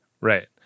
Right